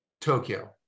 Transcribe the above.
Tokyo